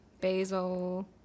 basil